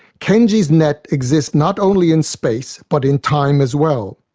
kenji's net exists not only in space but in time as well.